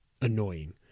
annoying